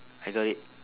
I got it